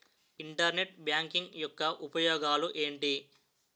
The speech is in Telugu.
ఇంటర్నెట్ బ్యాంకింగ్ యెక్క ఉపయోగాలు ఎంటి?